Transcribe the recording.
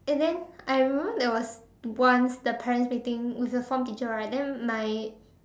and then I remember there was once the parents meeting is the form teacher right then my